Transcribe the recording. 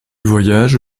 voyage